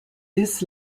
this